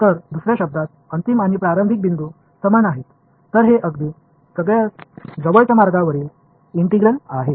तर दुसऱ्या शब्दांत अंतिम आणि प्रारंभिक बिंदू समान आहेत तर हे अगदी जवळच्या मार्गांवरील इंटिग्रल आहे